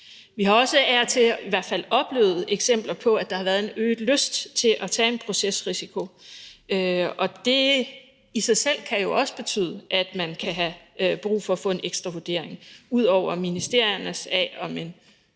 Vi har også af og til oplevet eksempler på, at der i hvert fald har været en øget lyst til at tage en procesrisiko, og det kan jo i sig selv betyde, at man kan have brug for at få en ekstra vurdering – ud over ministeriernes – af, om en